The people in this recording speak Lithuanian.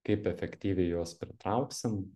kaip efektyviai juos pritrauksim